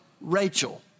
Rachel